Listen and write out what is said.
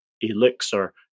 elixir